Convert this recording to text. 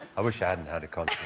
i wish i had and had a coach